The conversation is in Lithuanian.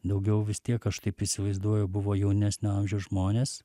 daugiau vis tiek aš taip įsivaizduoju buvo jaunesnio amžiaus žmonės